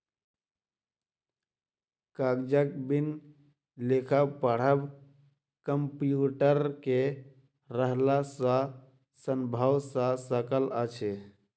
कागजक बिन लिखब पढ़ब कम्प्यूटर के रहला सॅ संभव भ सकल अछि